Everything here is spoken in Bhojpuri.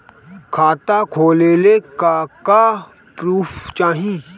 खाता खोलले का का प्रूफ चाही?